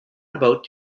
about